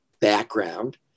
background